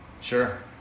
sure